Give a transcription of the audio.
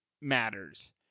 matters